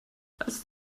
als